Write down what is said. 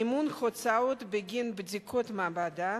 מימון הוצאות בגין בדיקות מעבדה)